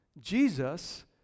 Jesus